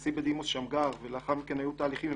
הנשיא בדימוס שמגר ולאחר מכן היו תהליכים,